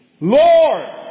Lord